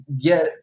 get